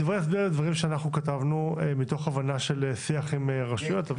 דברי ההסבר הם דברים שאנחנו כתבנו מתוך שיח עם רשויות.